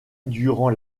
durant